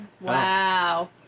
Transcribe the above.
Wow